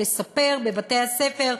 לספר בבתי-הספר,